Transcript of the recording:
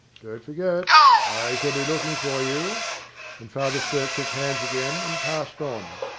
forget i shall be looking for you and father sturt shook hands again, and passed on,